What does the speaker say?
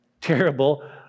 terrible